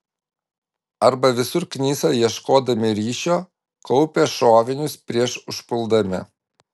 arba visur knisa ieškodami ryšio kaupia šovinius prieš užpuldami